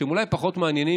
שהם אולי פחות מעניינים,